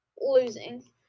losing